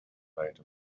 write